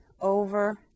over